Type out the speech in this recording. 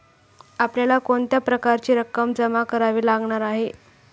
आपल्याला कोणत्या प्रकारची रक्कम जमा करावी लागणार आहे?